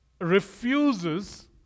refuses